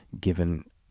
given